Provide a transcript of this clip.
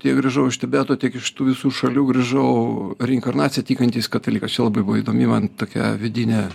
tiek grįžau iš tibeto tiek iš tų visų šalių grįžau reinkarnacija tykantys katalikas čia labai buvo įdomi man tokia vidinė